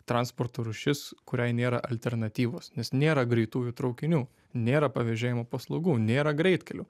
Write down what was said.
transporto rūšis kuriai nėra alternatyvos nes nėra greitųjų traukinių nėra pavėžėjimo paslaugų nėra greitkelių